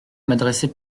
m’adresser